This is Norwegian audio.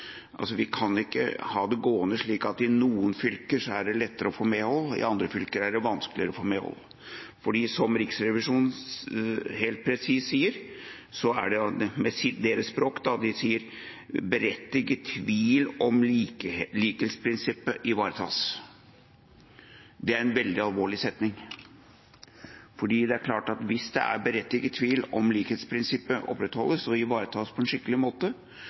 Vi kan ikke ha det slik at i noen fylker er det lettere å få medhold, mens i andre fylker er det vanskeligere å få medhold. Som Riksrevisjonen helt presis sier, med sitt språk, er det «tvil om likeverdighetsprinsippet ivaretas». Det er et veldig alvorlig utsagn, for det er klart at hvis det er berettiget tvil om hvorvidt likhetsprinsippet opprettholdes og ivaretas på en skikkelig måte,